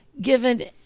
given